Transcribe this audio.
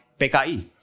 PKI